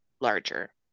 larger